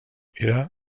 era